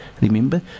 remember